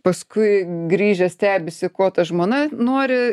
paskui grįžę stebisi ko ta žmona nori